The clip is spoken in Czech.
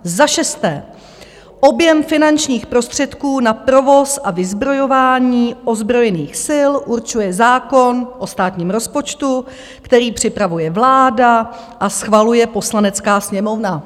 Za šesté: Objem finančních prostředků na provoz a vyzbrojování ozbrojených sil určuje zákon o státním rozpočtu, který připravuje vláda a schvaluje Poslanecká sněmovna.